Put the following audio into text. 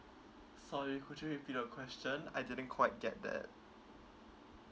sorry could you repeat the question I didn't quite get that